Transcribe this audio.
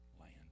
land